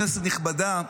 כנסת נכבדה,